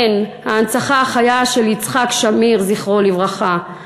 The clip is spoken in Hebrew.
הן ההנצחה החיה של יצחק שמיר, זכרו לברכה.